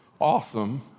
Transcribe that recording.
awesome